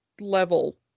level